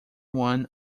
one